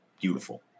beautiful